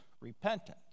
repentance